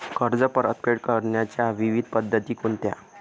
कर्ज परतफेड करण्याच्या विविध पद्धती कोणत्या?